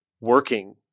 working